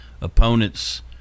opponents